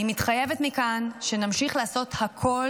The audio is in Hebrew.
אני מתחייבת מכאן שנמשיך לעשות הכול